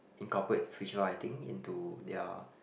incorporate future writing into their